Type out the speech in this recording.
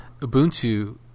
Ubuntu